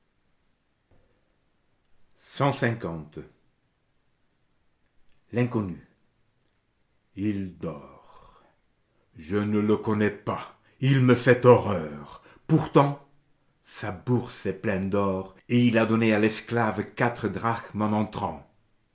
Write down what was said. l'inconnu il dort je ne le connais pas il me fait horreur pourtant sa bourse est pleine d'or et il a donné à l'esclave quatre drachmes